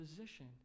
position